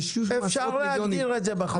אפשר להגדיר את זה בחוק.